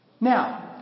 Now